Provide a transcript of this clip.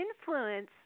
influence